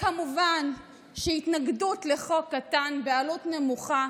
וכמובן שהתנגדות לחוק קטן בעלות נמוכה,